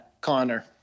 Connor